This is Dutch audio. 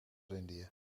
indië